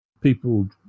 people